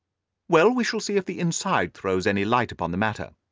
well, we shall see if the inside throws any light upon the matter.